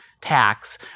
tax